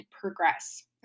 progress